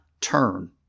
turn